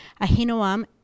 Ahinoam